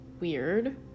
weird